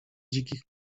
dzikich